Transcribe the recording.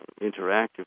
interactive